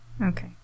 Okay